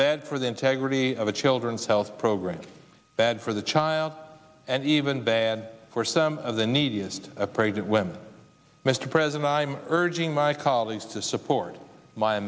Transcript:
bad for the integrity of the children's health program bad for the child and even bad for some of the neediest pregnant women mr president i'm urging my colleagues to support my